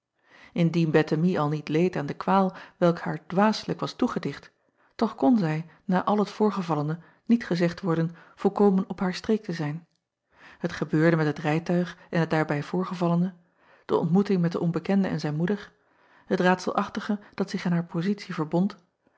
ndien ettemie al niet leed aan de kwaal welke haar dwaaslijk was toegedicht toch kon zij na al het voorgevallene niet gezegd worden volkomen op haar streek te zijn et gebeurde met het rijtuig en het daarbij voorgevallene de ontmoeting met den onbekende en zijn moeder het raadselachtige dat zich aan haar pozitie verbond